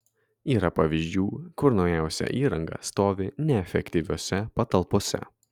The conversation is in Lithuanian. yra pavyzdžių kur naujausia įranga stovi neefektyviose patalpose